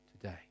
today